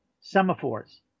semaphores